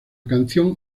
canción